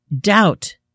doubt